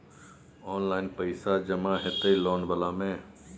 Online पैसा जमा हते लोन वाला में?